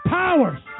powers